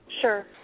Sure